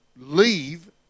leave